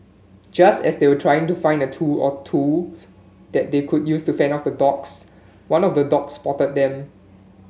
just as they were trying to find a tool or two that they could use to fend off the dogs one of the dogs spotted them